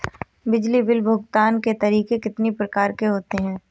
बिजली बिल भुगतान के तरीके कितनी प्रकार के होते हैं?